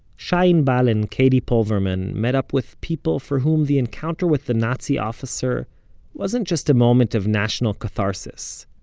shai inbal and katie pulverman met up with people for whom the encounter with the nazi officer wasn't just a moment of national catharsis.